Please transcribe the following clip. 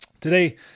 Today